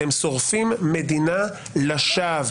אתם שורפים מדינה לשווא,